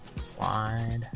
Slide